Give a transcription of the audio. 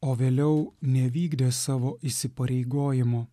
o vėliau nevykdė savo įsipareigojimų